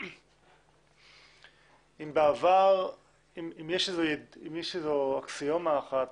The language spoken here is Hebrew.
אם יש איזו אקסיומה אחת